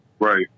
right